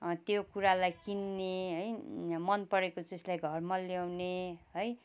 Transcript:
त्यो कुरालाई किन्ने है मन परेको चिजलाई घरमा ल्याउने है